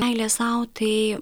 meilė sau tai